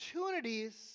opportunities